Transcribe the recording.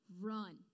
run